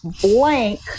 blank